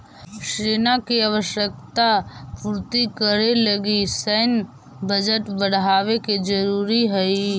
सेना के आवश्यकता पूर्ति करे लगी सैन्य बजट बढ़ावे के जरूरी हई